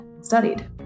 studied